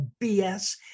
BS